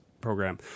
program